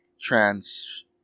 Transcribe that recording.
trans